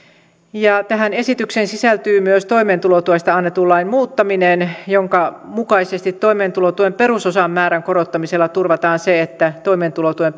tähän esitykseen sisältyy myös toimeentulotuesta annetun lain muuttaminen jonka mukaisesti toimeentulotuen perusosan määrän korottamisella turvataan se että toimeentulotuen